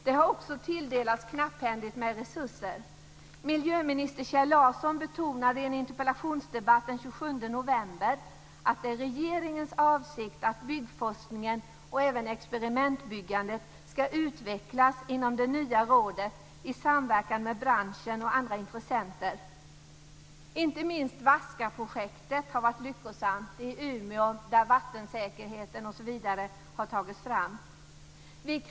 Det har också tilldelats knapphändigt med resurser. Miljöminster Kjell Larsson betonade i en interpellationsdebatt den 27 november att det är regeringens avsikt att byggforskningen och även experimentbyggandet ska utvecklas inom det nya rådet i samverkan med branschen och andra intressenter. Vi kristdemokrater kommer att bevaka att så sker. Inte minst VASKA projektet har varit lyckosamt i Umeå där vattensäkerhet osv. har tagits fram.